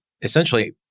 essentially